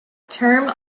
term